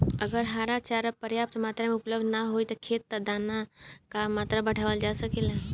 अगर हरा चारा पर्याप्त मात्रा में उपलब्ध ना होखे त का दाना क मात्रा बढ़ावल जा सकेला?